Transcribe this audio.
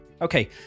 okay